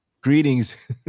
Greetings